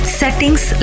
settings